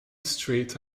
street